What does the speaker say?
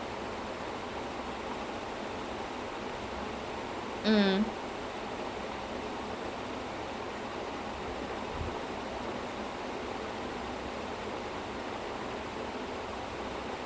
oh okay I think I think they precook the rice a bit அவங்க:avanga they don't fully cook the rice I think கொஞ்சம் சமசுட்டு:konjam samachutu then afterwards they ah ya then afterwards I think they combined it with the mutton masala or whatever